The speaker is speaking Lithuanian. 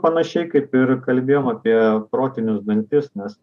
panašiai kaip ir kalbėjom apie protinius dantis nes